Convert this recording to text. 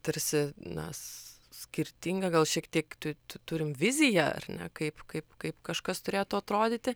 tarsi na s skirtingą gal šiek tiek tu tu turim viziją ar ne kaip kaip kaip kažkas turėtų atrodyti